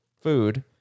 food